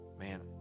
man